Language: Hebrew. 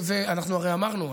אנחנו הרי אמרנו,